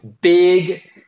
big